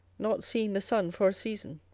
not seeing the sun for a season.